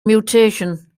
mutation